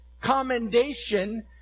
commendation